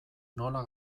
nola